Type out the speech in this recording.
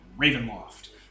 Ravenloft